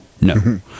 no